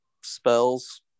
spells